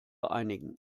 einigen